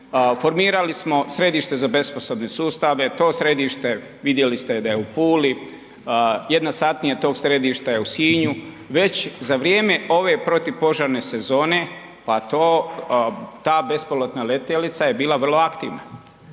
Formirali smo sjedište za … sustave, to središte vidjeli ste da je u Puli, jedna satnija to središta je u Sinju. Već za vrijeme ove protupožarne sezone, pa ta bespilotna letjelica je bila vrlo aktivna.